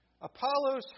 Apollos